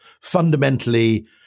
Fundamentally